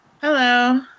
Hello